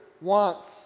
wants